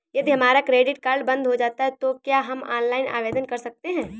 यदि हमारा credit card बंद हो जाता है तो क्या हम ऑनलाइन आवेदन कर सकते हैं?